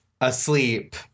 asleep